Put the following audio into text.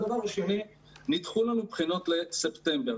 נעשיתי בשלילה אבל חלקית לא מעט שיח ביני לבין משרד החינוך,